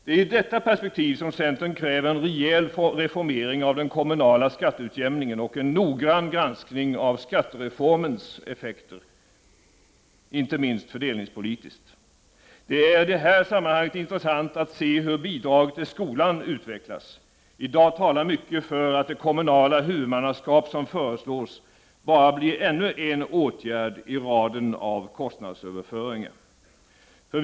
Det är i detta perspektiv som centern kräver en rejäl reformering av den kommunala skatteutjämningen och en noggrann granskning av skattereformens effekter, inte minst fördelningspolitiska. Det är i det här sammanhanget intressant att se hur bidraget till skolan utvecklas. I dag talar mycket för att det kommunala huvudmannaskap som föreslås bara blir ännu en åtgärd i raden av kostnadsöverföringar.